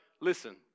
listen